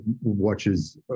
watches